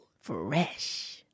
Fresh